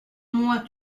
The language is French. moi